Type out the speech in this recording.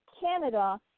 Canada